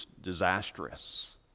disastrous